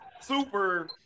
super